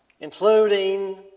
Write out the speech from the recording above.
Including